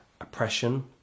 oppression